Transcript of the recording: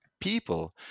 people